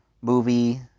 movie